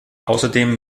außerdem